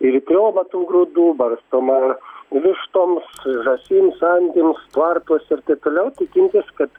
į ir triobą tų grūdų barstoma vištoms žąsims antims tvartuose ir toliau tikintis kad